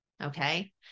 Okay